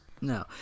No